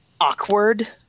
awkward